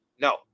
no